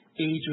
age